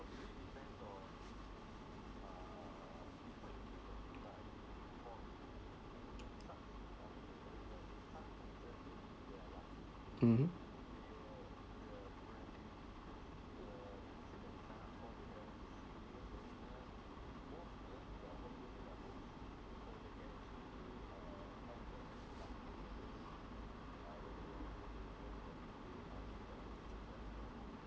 mmhmm